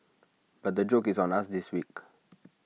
but the joke is on us this week